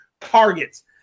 targets